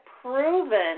proven